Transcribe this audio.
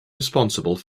responsible